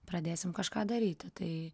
pradėsim kažką daryti tai